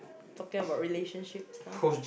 talking about relationships ah